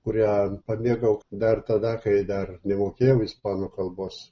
kurią pamėgau dar tada kai dar nemokėjau ispanų kalbos